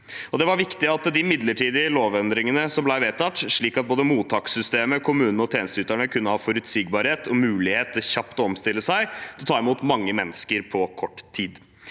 Det var viktig at de midlertidige lovendringene ble vedtatt, slik at både mottakssystemet, kommunene og tjenesteyterne kunne ha forutsigbarhet og mulighet til kjapt å omstille seg til å ta imot mange mennesker på kort tid.